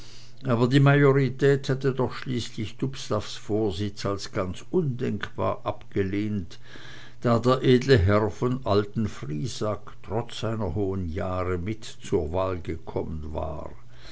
aber die majorität hatte doch schließlich dubslavs vorsitz als ganz undenkbar abgelehnt da der edle herr von alten friesack trotz seiner hohen jahre mit zur wahl ge kommen war